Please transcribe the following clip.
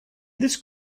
this